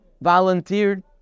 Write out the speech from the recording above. volunteered